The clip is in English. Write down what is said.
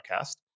podcast